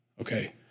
Okay